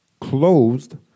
Closed